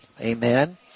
Amen